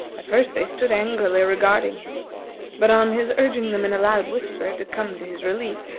at first they stood angrily regarding him but on his urging them in a loud whisper to come to his relief,